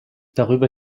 darüber